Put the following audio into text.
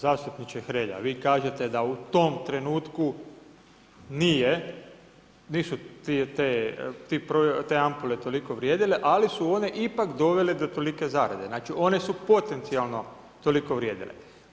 U redu, zastupniče Hrelja, vi kažete da u tom trenutku nisu te ampule toliko vrijedile ali su one ipak dovele do tolike zarade, znači one su potencijalno toliko vrijedile.